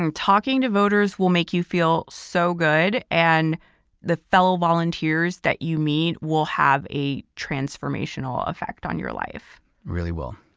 um talking to voters will make you feel so good. and the fellow volunteers that you meet will have a transformational effect on your life. it really will.